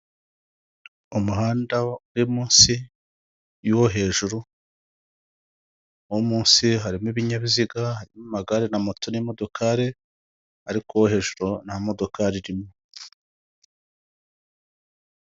Umuhanda uri munsi y'uwo hejuru, uwo munsi harimo ibinyabiziga, harimo amagare na moto n'imodokari, ariko uwo hejuru nta modoka irimo.